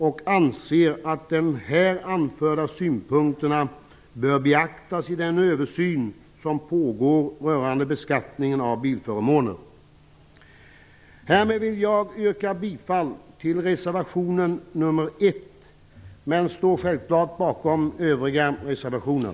Vi anser att de här anförda synpunkterna bör beaktas i den översyn som pågår rörande beskattningen av bilförmåner. Härmed yrkar jag bifall till reservation 1, men jag står självfallet bakom våra övriga reservationer.